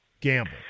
Gamble